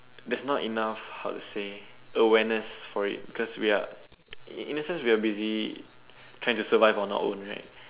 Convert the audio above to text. there's not enough how to say awareness for it because we are in in the sense we are busy trying to survive on our own right